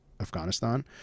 Afghanistan